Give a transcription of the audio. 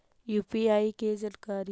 UPI के जानकारी?